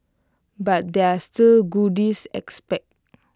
but there are still goodies expect